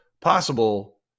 possible